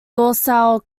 dorsal